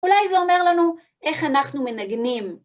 אולי זה אומר לנו איך אנחנו מנגנים.